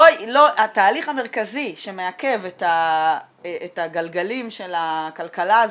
התהליך המרכזי שמעכב את הגלגלים של הכלכלה הזו,